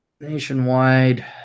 Nationwide